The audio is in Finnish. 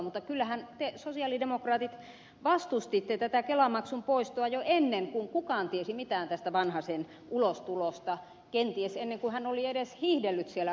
mutta kyllähän te sosialidemokraatit vastustitte tätä kelamaksun poistoa jo ennen kuin kukaan tiesi mitään tästä vanhasen ulostulosta kenties ennen kuin hän oli edes hiihdellyt siellä rukalla